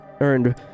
earned